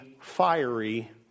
fiery